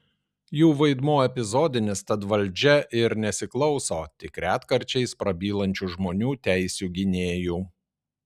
jų vaidmuo epizodinis tad valdžia ir nesiklauso tik retkarčiais prabylančių žmonių teisių gynėjų